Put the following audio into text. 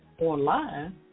online